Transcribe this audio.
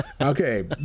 Okay